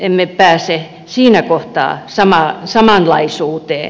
emme pääse siinä kohtaa samanlaisuuteen